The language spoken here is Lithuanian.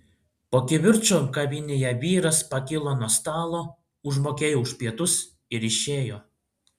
po kivirčo kavinėje vyras pakilo nuo stalo užmokėjo už pietus ir išėjo